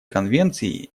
конвенции